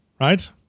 Right